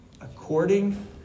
According